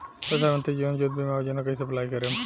प्रधानमंत्री जीवन ज्योति बीमा योजना कैसे अप्लाई करेम?